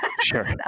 Sure